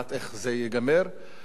אבל מה שבטוח שזה ייגמר רע.